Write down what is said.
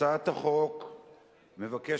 הצעת החוק מבקשת